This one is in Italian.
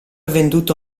venduto